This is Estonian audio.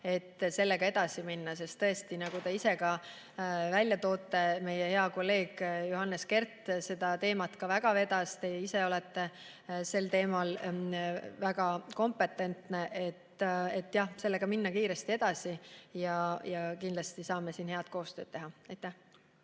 sellega edasi minna. Tõesti, nagu te ka olete välja toonud, meie hea kolleeg Johannes Kert seda teemat väga vedas, teie ise olete sel teemal väga kompetentne. Jah, sellega tuleb minna kiiresti edasi ja kindlasti saame siin head koostööd teha. Aitäh!